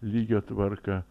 lygio tvarka